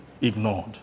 ignored